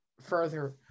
further